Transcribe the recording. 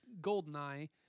Goldeneye